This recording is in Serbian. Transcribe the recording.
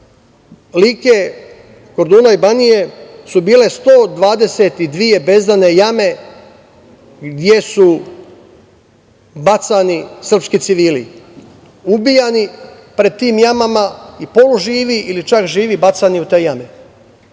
Like, Korduna i Banije su bile 122 bezdane jame gde su bacani srpski civili, ubijani pred tim jamama i poluživi ili čak živi bacani u te jame,